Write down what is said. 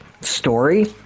story